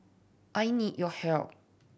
I need your help